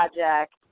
project